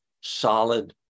solid